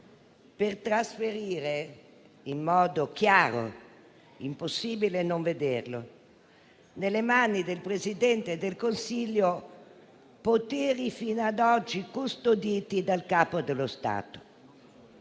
per trasferire in modo chiaro - impossibile non vederlo - nelle mani del Presidente del Consiglio poteri fino ad oggi custoditi dal Capo dello Stato,